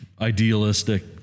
idealistic